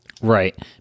right